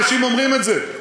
אנשים אומרים את זה,